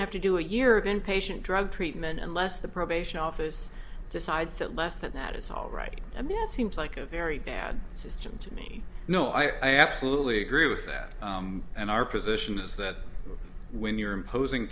to have to do a year of inpatient drug treatment unless the probation office decides that less than that is all right i mean it seems like a very bad system to me no i absolutely agree with that and our position is that when you're imposing